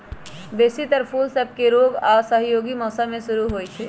बेशी तर फूल सभके रोग आऽ असहयोगी मौसम में शुरू होइ छइ